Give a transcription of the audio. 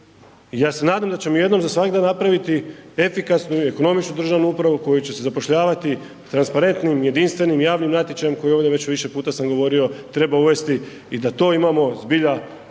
ja se nadam da ćemo jednom za svagda napraviti efikasnu i ekonomičnu državnu upravu u koju će se zapošljavati transparentnim i jedinstvenim javnim natječajem koji ovdje već više puta sam govorio treba uvesti i da to imamo zbilja